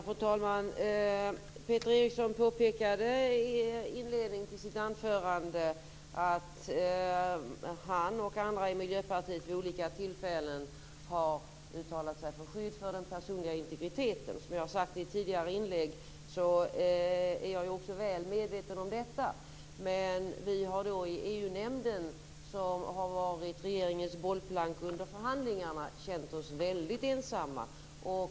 Fru talman! Peter Eriksson påpekade i inledningen till sitt anförande att han och andra i Miljöpartiet vid olika tillfällen har uttalat sig för skydd för den personliga integriteten. Som jag sagt i mitt tidigare inlägg är jag också väl medveten om detta. Men vi har i EU nämnden, som har varit regeringens bollplank under förhandlingarna, känt oss väldigt ensamma.